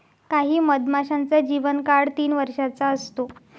काही मधमाशांचा जीवन काळ तीन वर्षाचा असतो